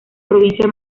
provincia